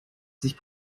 sich